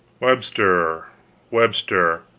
webster webster.